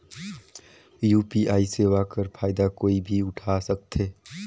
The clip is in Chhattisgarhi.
यू.पी.आई सेवा कर फायदा कोई भी उठा सकथे?